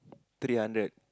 three hundred